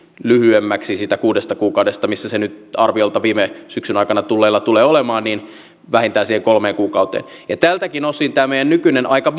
lyhyemmäksi siitä kuudesta kuukaudesta missä se nyt arviolta viime syksyn aikana tulleilla tulee olemaan vähintään siihen kolmeen kuukauteen tältäkin osin jos tästä meidän nykyisestä aika